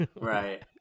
Right